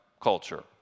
culture